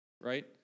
right